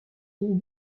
pays